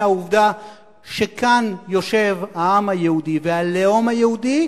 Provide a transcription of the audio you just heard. העובדה שכאן יושב העם היהודי והלאום היהודי,